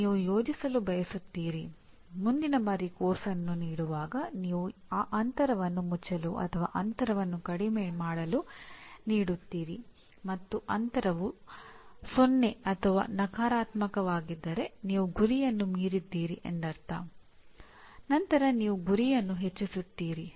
ನೀವು ಯೋಜಿಸಲು ಬಯಸುತ್ತೀರಿ ಮುಂದಿನ ಬಾರಿ ಪಠ್ಯಕ್ರಮವನ್ನು ನೀಡುವಾಗ ನೀವು ಆ ಅಂತರವನ್ನು ಮುಚ್ಚಲು ಅಥವಾ ಅಂತರವನ್ನು ಕಡಿಮೆ ಮಾಡಲು ನೀಡುತ್ತೀರಿ ಮತ್ತು ಅಂತರವು 0 ಅಥವಾ ನಕಾರಾತ್ಮಕವಾಗಿದ್ದರೆ ನೀವು ಗುರಿಯನ್ನು ಮೀರಿದ್ದೀರಿ ಎಂದರ್ಥ ನಂತರ ನೀವು ಗುರಿಯನ್ನು ಹೆಚ್ಚಿಸುತ್ತೀರಿ